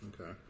Okay